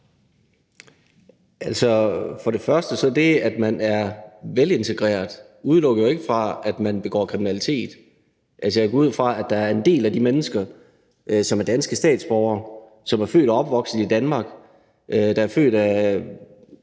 Først vil jeg sige, at det, at man er velintegreret, jo ikke udelukker, at man begår kriminalitet. Jeg går ud fra, at der er en del af de mennesker, som er danske statsborgere, som er født og opvokset i Danmark, som er født af